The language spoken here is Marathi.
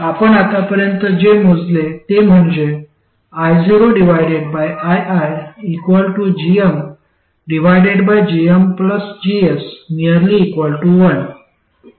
आपण आत्तापर्यंत जे मोजले ते म्हणजे ioiigmgmGs1 जर gm GS